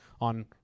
on